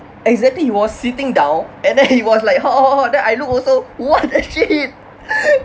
exactly he was sitting down and then he was like ha ha ha then I look also what actually